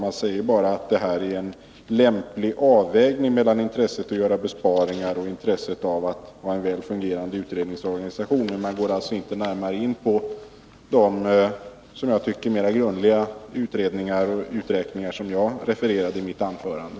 Man säger nämligen att regeringens förslag utgör en lämplig avvägning mellan intresset av att göra besparingar inom den statliga verksamheten och intresset av att ha en väl fungerande utredningsorganisation. Man går alltså inte närmare in på de, som jag tycker, mera grundliga utredningar och uträkningar som jag refererade till i mitt anförande.